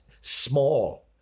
small